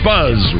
Buzz